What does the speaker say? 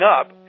up